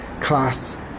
class